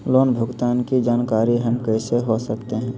Loan भुगतान की जानकारी हम कैसे हो सकते हैं?